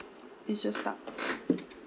it's just stuck